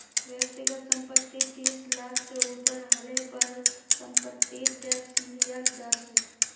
व्यक्तिगत संपत्ति तीस लाख से ऊपर हले पर समपत्तिर टैक्स लियाल जा छे